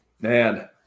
Man